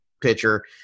pitcher